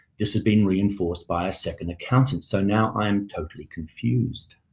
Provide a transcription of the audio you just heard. this has been reinforced by a second accountant so now i'm totally confused.